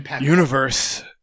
universe